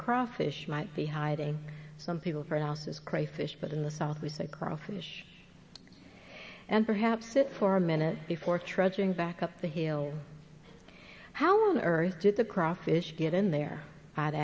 crawfish might be hiding some people pronounces crayfish but in the south we say crawfish and perhaps it for a minute before trudging back up the hill how on earth did the crawfish get in there i'd